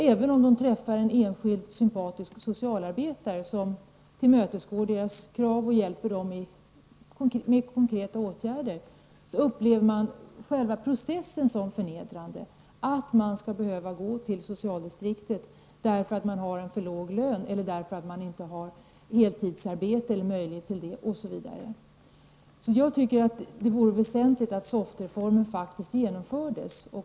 Även om man träffar en enskild sympatisk socialarbetare som tillmötesgår kraven och hjälper med konkreta åtgärder, upplever många själva processen som förnedrande, dvs. att man skall behöva gå till socialdistriktet för att man har en för låg lön eller inte har heltidsarbete eller möjlighet till det osv. Det vore väsentligt om SOFT-reformen faktiskt genomfördes.